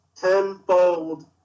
tenfold